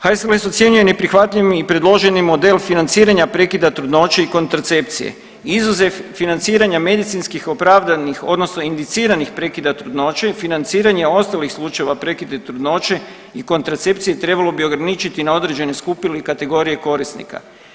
HSLS ocjenjuje ne prihvatljivijim i predloženi model financiranja prekida trudnoće i kontracepcije izuzev financiranja medicinskih opravdanih odnosno indiciranih prekida trudnoće i financiranje ostalih slučajeva prekida trudnoće i kontracepcije trebalo bi ograničiti na određene skupine i kategorije korisnika.